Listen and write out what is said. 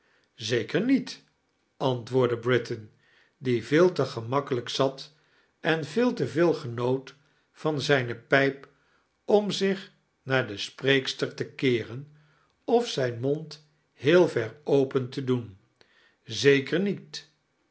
r niet antwoordde britain die reel te gemakkelijk zat en veel te veel genoot van zijn pijp om zich naar de spreekster te keemein of zijn mond heel vex open te doen zekeir niet